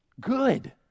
Good